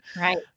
Right